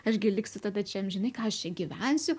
aš gi liksiu tada čia amžinai ką aš čia gyvensiu